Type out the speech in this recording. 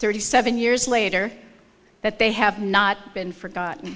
thirty seven years later that they have not been forgotten